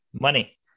money